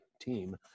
team